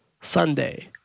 Sunday